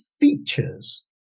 features